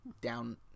down